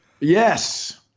Yes